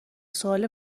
سوال